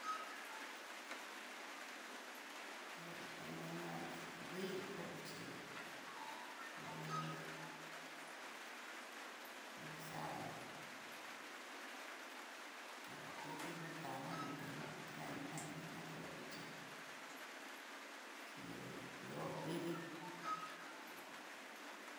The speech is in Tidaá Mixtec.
Ña itá nana xa nguilo kó xhí nguini nguini xá, kanguano tuté no kama no tén ña dita ininá ñóo ko nguixhí xhi kió idí.